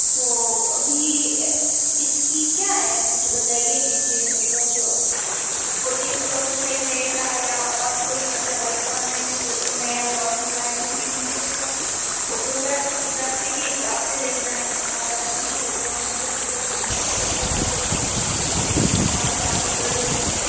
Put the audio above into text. तो अभी इसकी क्या है कुछ बताइए डिटेल मतलब फोर्टिन प्रो सही रहेगा या और कोई मतलब आईफोन में जो नया लाँच हुआ है क्योंकि मुझे तो फोटोग्राफ ग्राफी के हिसाब से लेना है हमारा बुटीक है तो हमे तो फिर वो फोटो पोस्ट करनी रहती है तो उस हिसाब से आप कुछ बढ़िया बताइए